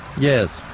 Yes